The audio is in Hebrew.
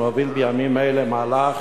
מוביל בימים אלה מהלך